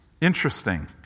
Interesting